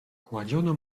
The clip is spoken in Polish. kładziono